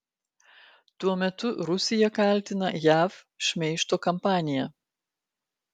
tuo metu rusija kaltina jav šmeižto kampanija